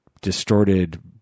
distorted